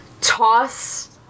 toss